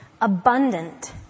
abundant